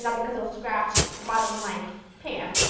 yeah because it will scratch the bottom of my pan,